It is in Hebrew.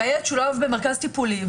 והילד שולב במרכז טיפולי,